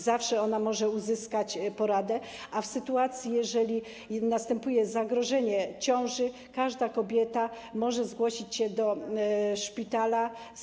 Zawsze może ona uzyskać poradę, a w sytuacji, gdy następuje zagrożenie ciąży, każda kobieta może zgłosić się do szpitala.